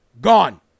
gone